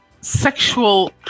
sexual